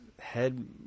head